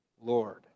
Lord